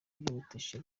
byihutisha